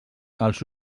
els